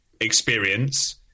experience